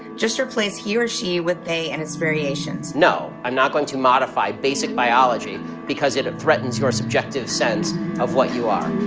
just replace he or she with they and its variations no, i'm not going to modify basic biology because it ah threatens your subjective sense of what you are